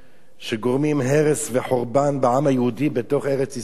שגורמים הרס וחורבן בעם היהודי בתוך ארץ-ישראל,